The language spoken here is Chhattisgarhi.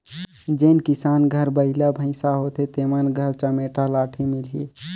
जेन किसान घर बइला भइसा होथे तेमन घर चमेटा लाठी मिलही